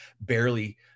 barely